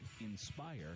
INSPIRE